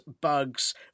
bugs